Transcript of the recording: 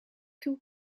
toe